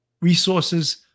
resources